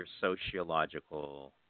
sociological –